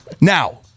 Now